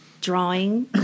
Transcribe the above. drawing